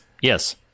yes